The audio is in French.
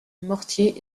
mortiers